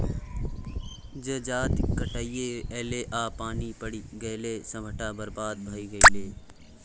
जजाति कटिकए ऐलै आ पानि पड़ि गेलै सभटा बरबाद भए गेलै